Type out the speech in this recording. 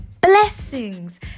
blessings